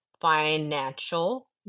financial